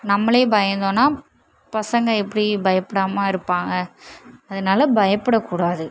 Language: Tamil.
நம்மளே பயந்தோனா பசங்க எப்படி பயப்படாமல் இருப்பாங்க அதனால பயப்பட கூடாது